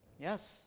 Yes